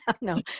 no